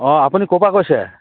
অঁ আপুনি ক'ৰ পৰা কৈছে